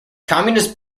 communist